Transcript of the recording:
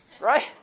right